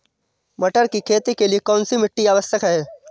मटर की खेती के लिए कौन सी मिट्टी आवश्यक है?